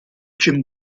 jim